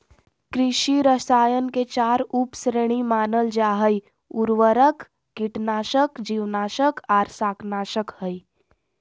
कृषि रसायन के चार उप श्रेणी मानल जा हई, उर्वरक, कीटनाशक, जीवनाशक आर शाकनाशक हई